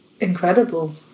incredible